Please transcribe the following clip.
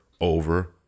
over